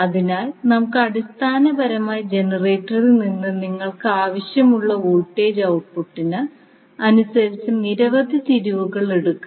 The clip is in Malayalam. അതിനാൽ നമുക്ക് അടിസ്ഥാനമായി ജനറേറ്ററിൽ നിന്ന് നിങ്ങൾക്ക് ആവശ്യമുള്ള വോൾട്ടേജ് ഔട്ട്പുട്ടിനു അനുസരിച്ച് നിരവധി തിരിവുകൾ എടുക്കാം